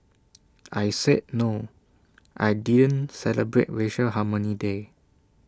I said no I didn't celebrate racial harmony day